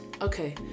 Okay